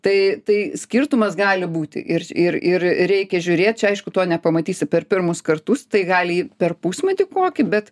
tai tai skirtumas gali būti ir ir ir reikia žiūrėt čia aišku to nepamatysi per pirmus kartus tai gali per pusmetį kokį bet